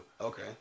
Okay